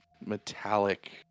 Metallic